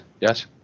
yes